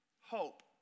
hope